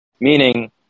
Meaning